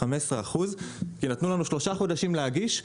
15% כי נתנו לנו שלושה חודשים להגיש,